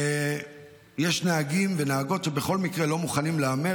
יש נהגים ונהגות שבכל מקרה לא מוכנים להמר